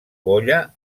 goya